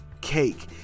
cake